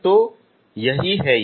तो यही है ये